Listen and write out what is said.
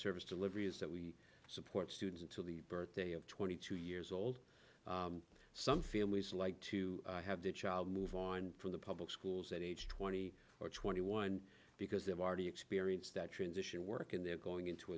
service delivery is that we support students until the birthday of twenty two years old some families like to have the child move on from the public schools at age twenty or twenty one because they've already experienced that transition work and they're going into